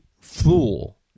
fool